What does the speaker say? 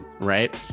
right